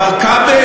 מר כבל.